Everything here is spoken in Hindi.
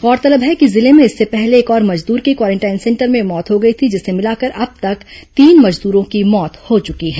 गौरतलब है कि जिले में इससे पहले एक और मजदूर की क्वारेंटाइन सेंटर में मौत हो गई थी जिसे मिलाकर अब तक तीन मजदूरों की मौत हो चुकी है